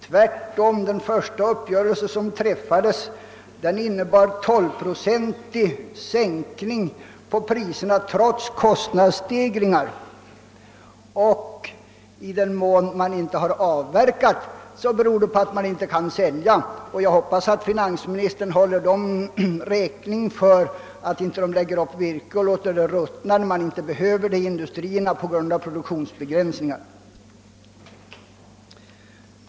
Tvärtom innebar den första uppgörelse som träffades en 12-procentig sänkning av priserna trots kostnadsstegringar. I den mån man inte har avverkat, beror detta på att det inte gått att sälja virket. Jag hoppas finansministern håller skogsägarna räkning för att de inte lägger upp virke och låter detta ruttna när det inte behövs i industrierna på grund av produktionsbegränsningar.